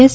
S